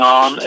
on